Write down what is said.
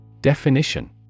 Definition